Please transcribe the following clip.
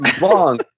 long